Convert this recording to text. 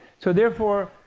so therefore,